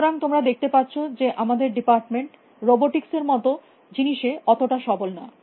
সুতরাং তোমরা দেখতে পারছ যে আমাদের ডিপার্টমেন্ট রোবোটিক্স এর মত জিনিসে অতটা সবল ন